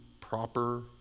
proper